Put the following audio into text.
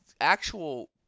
actual